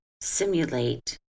simulate